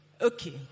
Okay